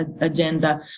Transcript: agenda